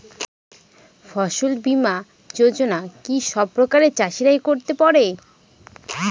ফসল বীমা যোজনা কি সব প্রকারের চাষীরাই করতে পরে?